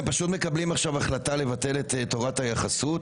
הם פשוט מקבלים עכשיו החלטה לבטל את תורת היחסות